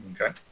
Okay